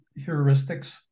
heuristics